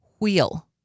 wheel